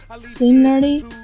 Similarly